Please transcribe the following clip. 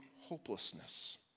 hopelessness